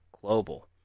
global